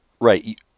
right